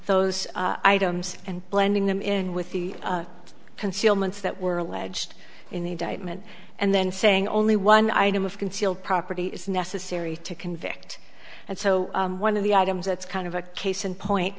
those items and blending them in with the concealments that were alleged in the indictment and then saying only one item of concealed property is necessary to convict and so one of the items that's kind of a case in point